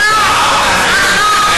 אחת.